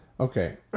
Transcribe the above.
Okay